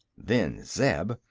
then zeb,